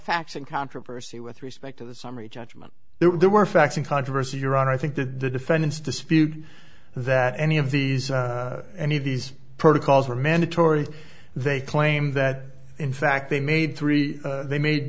facts in controversy with respect to the summary judgment there were facts in controversy your honor i think that the defendants dispute that any of these or any of these protocols were mandatory they claim that in fact they made three they made